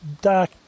dark